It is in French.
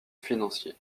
financier